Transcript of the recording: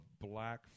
black